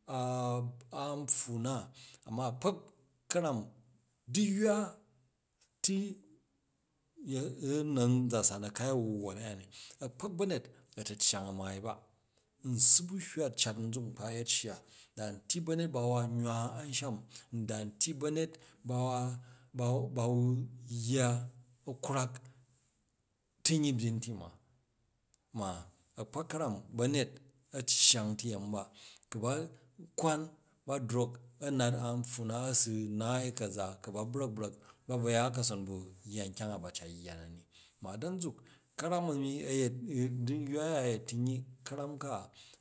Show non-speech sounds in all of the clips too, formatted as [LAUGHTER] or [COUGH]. [HESITATION] anpffu na, ma a̱kpa̱k ka̱ram du̱yywa ti [HESITATION] na̱n za san a̱kai a̱wu wwon a̱ya ni a̱kpa̱k ba̱yet a̱ta̱ ayang a̱maai ba su bu̱ hywa cat nzuk nkipa yet shya da nti ba̱wyet ba wa nywa a̱nsham, da nti ba̱nyet bawa, bawa, bawa yya a̱kwrak tu̱nyyi byin ti ma, ma a̱kpak ka̱ram ba̱nyet a̱ cyang tuyemi ba, ba kwan tre drok a̱ nat an pfwu na a̱ su naai ka̱za, ku ba brak u̱ brak ba bvo ya ha̱son bu nhyang a ba cat yya na ni ma dan zuk ka̱ram a̱mi a̱yet, du̱yywa a̱ya a̱ yet tunyi ka̱ram ka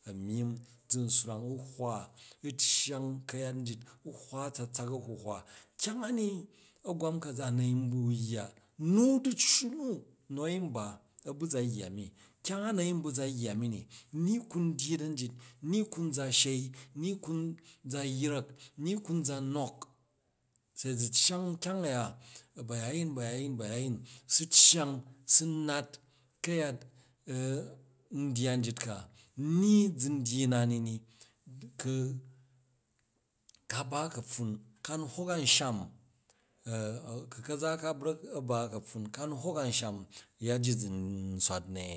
a̱myimm zu swrang a hwa u̱ ayang ka̱yat njit u̱ hwa atstsak a̱honhwa kyang a̱ni a̱gwam ka̱za na̱ yin ba̱ yya, na̱ du̱ccu nu nu̱ a̱yin ba, a ba̱ za yya mi, kyang a na̱ yin bu za yya mini, mkan dyyi dan jit, ni kun za bhed, ni kan za yrek ni kan za nik, se za cyang kyang a̱ya abaya yin, ba̱ ya yin, ba̱ ya yan, za cyang sa nat ka̱yat ndyya ryit ka, ni zan dyyi na nini ku ka ba ka̱pffan, ka nu hok a̱nsham, [HESITATION] kuka̱za ka a̱ brak a̱ ba ka̱pffun ka nu hok a̱nsham yyaji zan swat ni?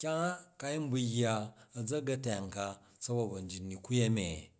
Kyang a ka yin bu yya azaka̱tuyang kani ukeyemi sabo ban jit ni u kuyemi?